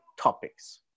topics